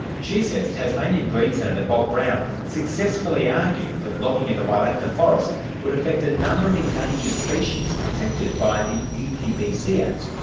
she says tasmanian greens senator, bob brown, successfully argued that logging in the wielangta forest would affect a number of endangered species protected by the epbc act,